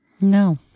No